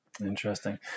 Interesting